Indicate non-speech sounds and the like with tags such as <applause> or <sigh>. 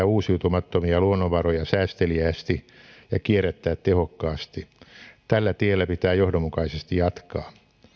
<unintelligible> uusiutumattomia luonnonvaroja säästeliäästi ja kierrättää tehokkaasti tällä tiellä pitää johdonmukaisesti jatkaa